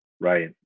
Right